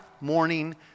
morning